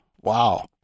wow